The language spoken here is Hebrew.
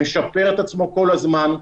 משפר את עצמו כל הזמן,